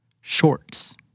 Shorts